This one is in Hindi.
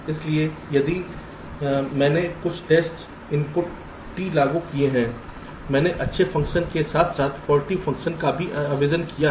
इसलिए मैंने कुछ टेस्ट इनपुट t लागू किए हैं मैंने अच्छे फ़ंक्शन के साथ साथ फौल्टी फ़ंक्शन पर भी आवेदन किया है